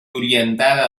orientada